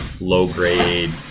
low-grade